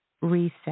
reset